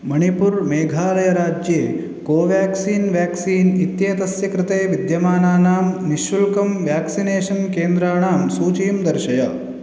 मणिपूर् मेघालय राज्ये Covaxin vaccine इत्येतस्य कृते विद्यमानानां निःशुल्कं वेक्सिनेशन् केन्द्राणां सूचीं दर्शय